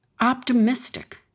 optimistic